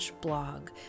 blog